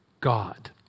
God